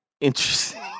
interesting